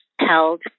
held